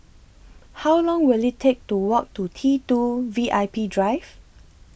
How Long Will IT Take to Walk to T two V I P Drive